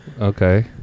okay